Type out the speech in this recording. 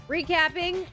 Recapping